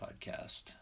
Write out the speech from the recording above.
podcast